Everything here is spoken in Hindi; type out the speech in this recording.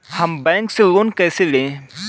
हम बैंक से लोन कैसे लें?